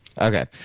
Okay